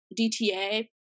DTA